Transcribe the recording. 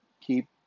keep